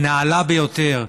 הנעלה ביותר,